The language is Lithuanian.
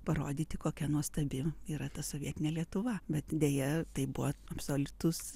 parodyti kokia nuostabi yra ta sovietinė lietuva bet deja tai buvo absoliutus